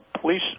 police